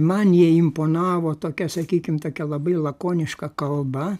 man jie imponavo tokia sakykim tokia labai lakoniška kalba